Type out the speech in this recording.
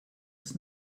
das